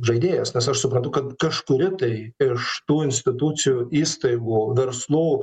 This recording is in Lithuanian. žaidėjas nes aš suprantu kad kažkuri tai iš tų institucijų įstaigų verslų